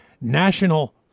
National